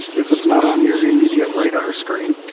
if it's not on your immediate radar screen.